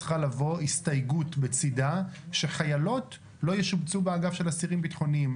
צריכה לבוא הסתייגות בצידה שחיילות לא ישובצו באגף של אסירים ביטחוניים.